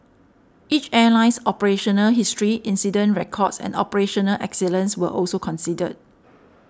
each airline's operational history incident records and operational excellence were also considered